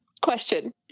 Question